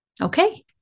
Okay